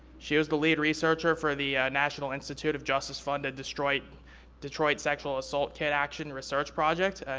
she was the lead researcher for the national institute of justice funded detroit detroit sexual assault kit action research project.